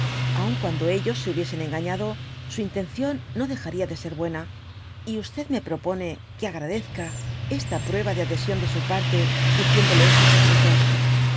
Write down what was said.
aun cuando ellos se hubiesen engañado su intención no de jaria de ser buena j y me propone que agradezca esta prueba de adhesión de su parte diciendole este secreto